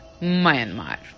Myanmar